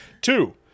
Two